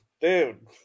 dude